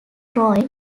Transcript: troy